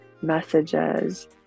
messages